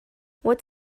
what